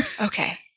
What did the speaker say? Okay